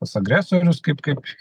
pas agresorius kaip kaip